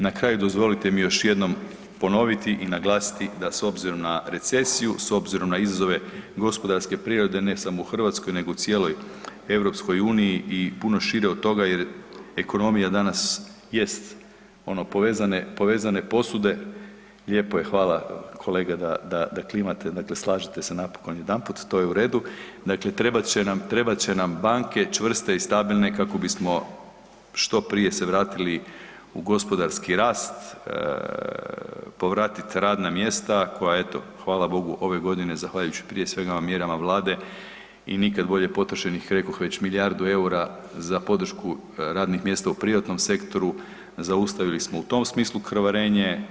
Na kraju, dozvolite mi još jednom ponoviti i naglasiti da s obzirom na recesiju, s obzirom na izazove gospodarske prirode ne samo u Hrvatskoj nego u cijeloj EU i puno šire od toga jer ekonomija danas jest ono povezane posude, lijepo je hvala kolega da klimate dakle slažete se napokon jedanput, to je u redu, dakle trebat će nam, trebat će nam banke čvrste i stabilne kako bismo što prije se vratili u gospodarski rast, povratit radna mjesta koja eto hvala Bogu ove godine zahvaljujući prije svega mjerama Vlade i nikad bolje potrošenih rekoh već milijardu EUR-a za podršku radnih mjesta u privatnom sektoru zaustavili smo u tom smislu krvarenje.